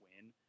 win